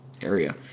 area